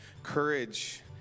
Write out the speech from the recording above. courage